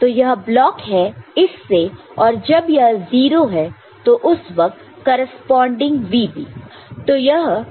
तो यह ब्लॉक है इससे और जब यह 0 है तो उस वक्त करेस्पॉन्डिंग VB